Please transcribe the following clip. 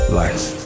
life